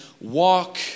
walk